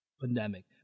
pandemic